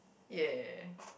ya